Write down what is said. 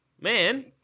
man